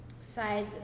side